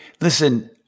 listen